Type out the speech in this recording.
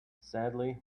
sadly